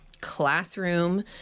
classroom